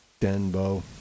Denbo